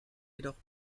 jedoch